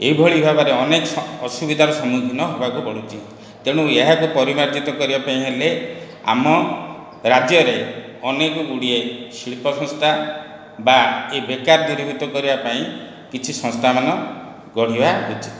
ଏହିଭଳି ଭାବରେ ଅନେକ ଅସୁବିଧାର ସମ୍ମୁଖୀନ ହେବାକୁ ପଡ଼ୁଛି ତେଣୁ ଏହାକୁ ପରିମାର୍ଜିତ କରିବା ପାଇଁ ହେଲେ ଆମ ରାଜ୍ୟରେ ଅନେକ ଗୁଡ଼ିଏ ଶିଳ୍ପସଂସ୍ଥା ବା ଏ ବେକାର ଦୂରୀଭୂତ କରିବା ପାଇଁ କିଛି ସଂସ୍ଥାମାନ ଗଢ଼ିବା ଉଚିତ